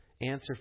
Answer